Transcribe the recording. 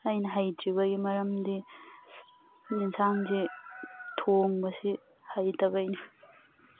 ꯑꯩꯅ ꯍꯩꯇ꯭ꯔꯤꯕꯒꯤ ꯃꯔꯝꯗꯤ ꯌꯦꯟꯁꯥꯡꯁꯦ ꯊꯣꯡꯕꯁꯤ ꯍꯩꯇꯕꯩꯅꯤ